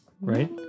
right